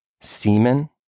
semen